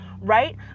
right